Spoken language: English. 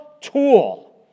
tool